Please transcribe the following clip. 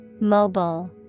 Mobile